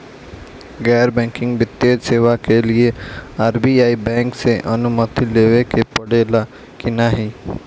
गैर बैंकिंग वित्तीय सेवाएं के लिए आर.बी.आई बैंक से अनुमती लेवे के पड़े ला की नाहीं?